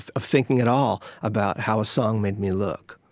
of of thinking at all about how a song made me look.